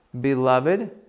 Beloved